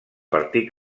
partit